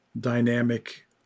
dynamic